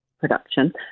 production